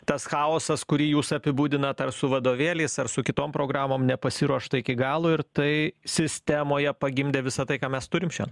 tas chaosas kurį jūs apibūdinat ar su vadovėliais ar su kitom programom nepasiruošta iki galo ir tai sistemoje pagimdė visą tai ką mes turim šian